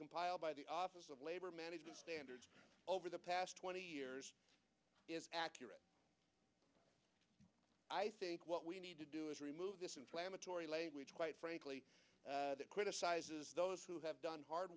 compiled by the office of labor management standards over the past twenty years is accurate i think what we need to do is remove this inflammatory language quite frankly that criticizes those who have done hard